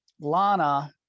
Lana